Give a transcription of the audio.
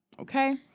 Okay